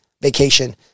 vacation